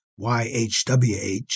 YHWH